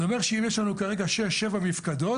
זה אומר שאם יש לנו כרגע שש-שבע מפקדות,